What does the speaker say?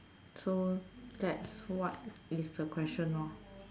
so that's what is the question lor